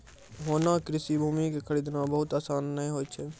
होना कृषि भूमि कॅ खरीदना बहुत आसान नाय होय छै